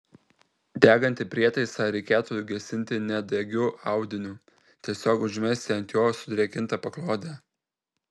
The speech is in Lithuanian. degantį prietaisą reikėtų gesinti nedegiu audiniu tiesiog užmesti ant jo sudrėkintą paklodę